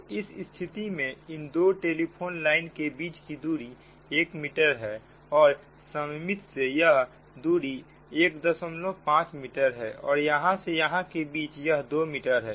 तो इस स्थिति में इन दो टेलीफोन लाइन के बीच की दूरी 1 मीटर है और सममिति से यह दूरी 15 मीटर है और यहां से यहां के बीच यह 2 मीटर है